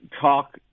talk